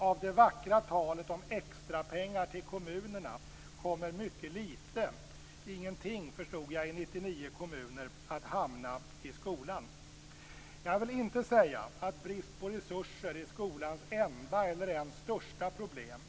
Av det vackra talet om extrapengar till kommunerna kommer mycket litet - i 99 kommuner ingenting, såvitt jag förstår - att hamna i skolan. Jag vill inte säga att bristen på resurser är skolans enda eller ens största problem.